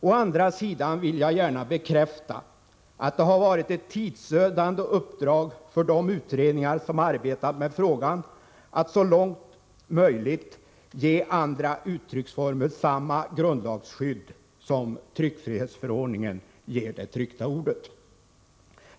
Å andra sidan vill jag gärna bekräfta att det varit ett tidsödande uppdrag för de utredningar som arbetat med frågan att så långt möjligt ge andra uttrycksformer samma grundlagsskydd som tryckfrihetsförordningen ger det tryckta ordet.